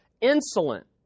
Insolent